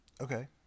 Okay